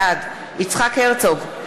בעד יצחק הרצוג,